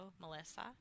melissa